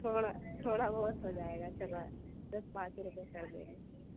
تھوڑا تھوڑا بہت ہو جائے گا چلو دس پانچ روپیے کر دیں گے